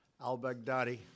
al-Baghdadi